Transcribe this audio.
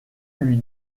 lui